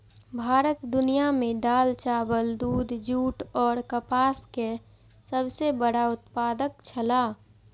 भारत दुनिया में दाल, चावल, दूध, जूट और कपास के सब सॉ बड़ा उत्पादक छला